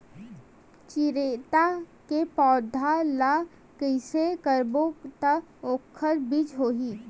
चिरैता के पौधा ल कइसे करबो त ओखर बीज होई?